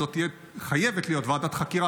וזאת תהיה חייבת להיות ועדת חקירה,